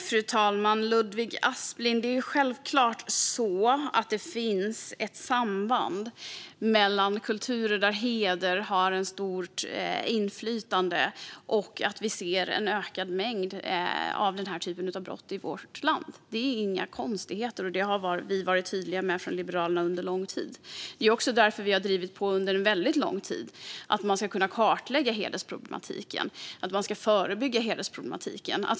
Fru talman! Det finns självklart ett samband, Ludvig Aspling, mellan kulturer där heder har ett stort inflytande och att vi ser en ökad mängd brott som dessa i vårt land. Det är inga konstigheter, och det har Liberalerna under lång tid varit tydliga med. Det är också därför som vi under väldigt lång tid har drivit på för att man ska kunna kartlägga och förebygga hedersproblematiken.